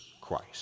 Christ